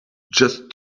just